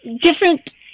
different